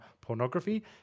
pornography